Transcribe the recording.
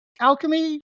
Alchemy